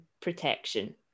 protection